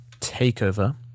takeover